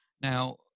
now